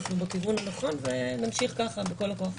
אנחנו בכיוון הנכון ובואו נמשיך ככה בכל הכוח.